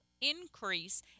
increase